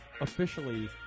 officially